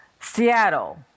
Seattle